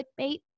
clickbait